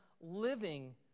living